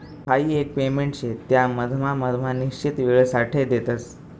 हाई एक पेमेंट शे त्या मधमा मधमा निश्चित वेळसाठे देतस